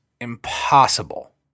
impossible